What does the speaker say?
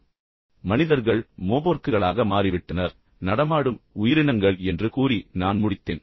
எனவே மனிதர்கள் மோபோர்க்குகளாக மாறிவிட்டனர் அதாவது நடமாடும் உயிரினங்கள் என்று கூறி நான் முடித்தேன்